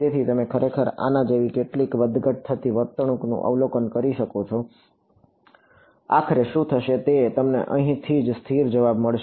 તેથી તમે ખરેખર આના જેવી કેટલીક વધઘટ થતી વર્તણૂકનું અવલોકન કરી શકો છો આખરે શું થશે તે તમને અહીંથી જ સ્થિર જવાબ મળશે